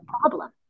problem